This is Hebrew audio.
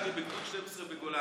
מג"ד שלי בגדוד 12 בגולני.